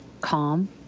calm